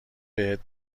بهت